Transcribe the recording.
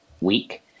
week